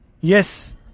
Yes